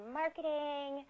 marketing